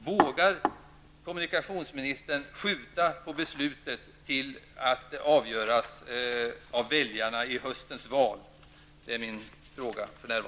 Vågar kommunikationsministern skjuta på beslutet och låta väljarna i höstens val avgöra?